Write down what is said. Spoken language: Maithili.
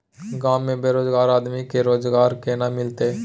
गांव में बेरोजगार आदमी के रोजगार केना मिलते?